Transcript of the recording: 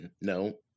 No